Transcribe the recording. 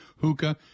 Hookah